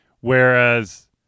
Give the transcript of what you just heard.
whereas